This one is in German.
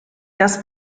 das